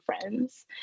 friends